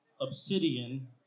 Obsidian